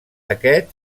aquest